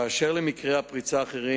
באשר למקרי הפריצה האחרים,